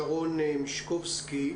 שרון מישקובסקי,